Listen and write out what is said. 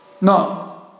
No